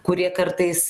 kurie kartais